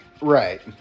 Right